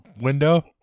window